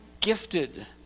gifted